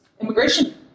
immigration